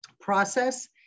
process